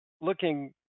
looking